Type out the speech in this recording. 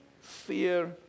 fear